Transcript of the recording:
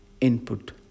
Input